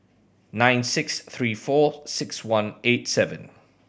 nine six three four six one eight seven